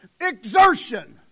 exertion